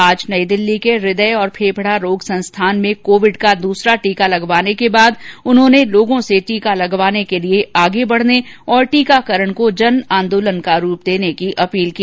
आज दिल्ली के हृदय और फेफडा रोग संस्थान में कोविड का दूसरा टीका लगवाने के बाद उन्होंने लोगों से टीका लगवाने के लिए आगे बढने और टीकाकरण को जन आंदोलन का रूप देने की अपील की